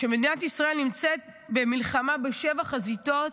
שמדינת ישראל נמצאת במלחמה בשבע חזיתות,